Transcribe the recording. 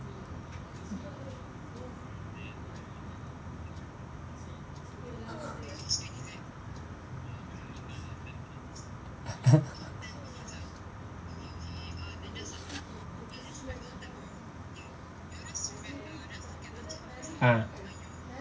ah